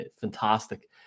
Fantastic